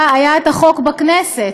היה החוק בכנסת